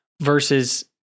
versus